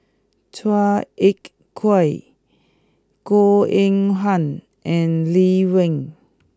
Chua Ek Kay Goh Eng Han and Lee Wen